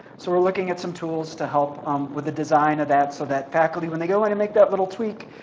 so we're looking at some tools to help with the design of that so that faculty, when they go in and make that little tweak,